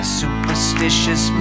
superstitious